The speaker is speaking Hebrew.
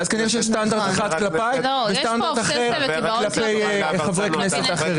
אז כנראה יש סטנדרט אחד כלפיי וסטנדרט אחד כלפי חברי כנסת אחרים.